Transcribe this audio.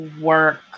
work